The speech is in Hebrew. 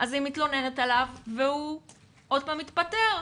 היא מתלוננת עליו והוא עוד פעם מתפטר,